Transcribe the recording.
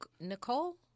Nicole